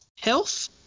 health